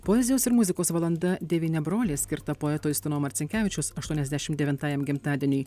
poezijos ir muzikos valanda devyni broliai skirta poeto justino marcinkevičiaus aštuoniasdešimt devintajam gimtadieniui